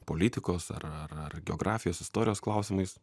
politikos ar ar geografijos istorijos klausimais